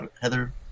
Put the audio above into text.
Heather